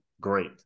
great